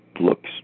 looks